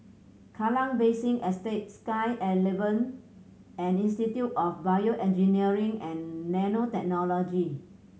Kallang Basin Estate Sky At Eleven and Institute of BioEngineering and Nanotechnology